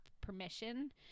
permission